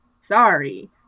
sorry